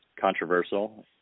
controversial